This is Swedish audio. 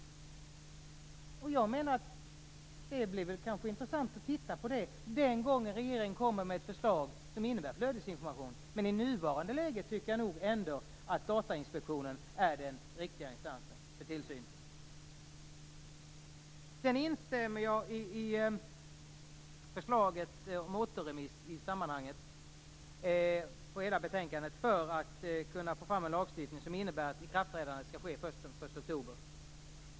Jag menar att det kanske blir intressant att titta på det den gången regeringen kommer med ett förslag som innebär flödesinformation, men i det nuvarande läget tycker jag nog ändå att Datainspektionen är den riktiga instansen för tillsynen. Jag instämmer i förslaget om återremiss av hela betänkandet för att man skall kunna få fram en lagstiftning som innebär att ikraftträdandet skall ske först den 1 oktober.